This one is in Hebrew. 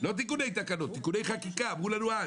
לא תיקוני תקנות אלא תיקוני חקיקה,